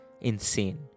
insane